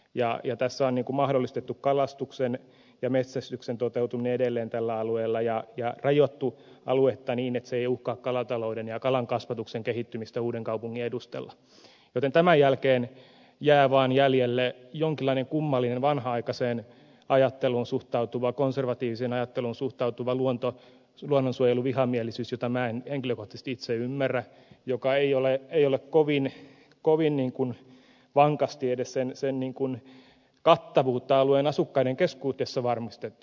tässä on mahdollistettu kalastuksen ja metsästyksen toteutuminen edelleen tällä alueella ja rajattu aluetta niin että se ei uhkaa kalatalouden ja kalankasvatuksen kehittymistä uudenkaupungin edustalla joten tämän jälkeen jää vain jäljelle jonkinlainen kummallinen vanhanaikaiseen ajatteluun konservatiiviseen ajatteluun suhtautuva luonnonsuojeluvihamielisyys jota minä en henkilökohtaisesti itse ymmärrä ja jonka kattavuutta ei ole kovin vankasti edes sen alueen asukkaiden keskuudessa varmistettu